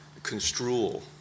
construal